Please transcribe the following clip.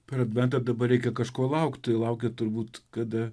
per adventą dabar reikia kažko laukt tai laukiat turbūt kada